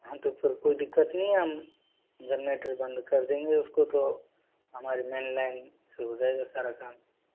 हाँ तो फिर कोई दिक्कत नहीं है हम जनरेटर बंद कर देंगे उसको तो हमारी मेन लाइन शुरू हो जाएगा सारा काम